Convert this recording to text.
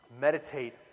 meditate